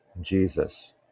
jesus